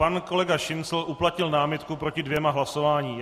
Pan kolega Šincl uplatnil námitku proti dvěma hlasováním.